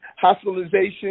hospitalization